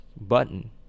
button